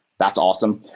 that's awesome.